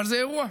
אבל זה אירוע.